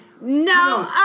no